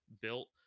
built